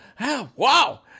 wow